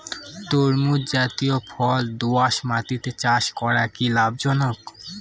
তরমুজ জাতিয় ফল দোঁয়াশ মাটিতে চাষ করা কি লাভজনক?